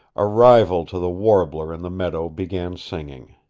a rival to the warbler in the meadow began singing.